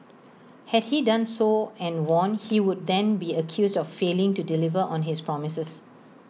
had he done so and won he would then be accused of failing to deliver on his promises